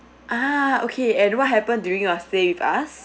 ah okay and what happened during your stay with us